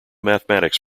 mathematics